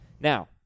Now